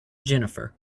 jennifer